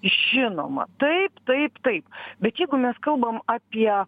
žinoma taip taip taip bet jeigu mes kalbam apie